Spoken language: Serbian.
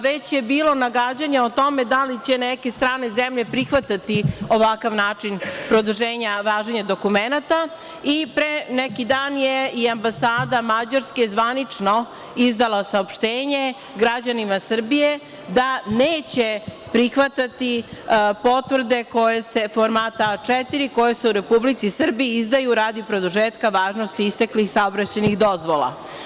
Već je bilo nagađanja o tome da li će neke strane zemlje prihvatati ovakav način produženja važenja dokumenata i pre neki dan je i ambasada Mađarske zvanično izdala saopštenje građanima Srbije da neće prihvatiti potvrde formata A4, koje se u Republici Srbiji izdaju radi produžetka važnosti isteklih saobraćajnih dozvola.